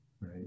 Right